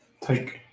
take-